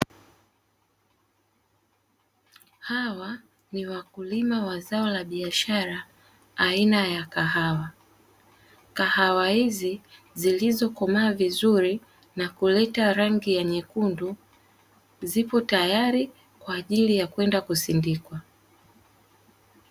Hawa ni wakulima wa zao la biashara aina ya kahawa, kahawa hizi zilizokomaa vizuri na kuleta rangi ya nyekundu zipo tayari kwa ajili ya kwenda kusindikwa.